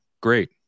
Great